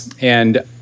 And-